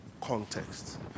context